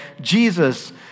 Jesus